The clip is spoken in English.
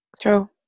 True